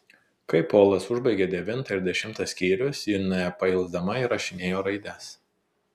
kai polas užbaigė devintą ir dešimtą skyrius ji nepailsdama įrašinėjo raides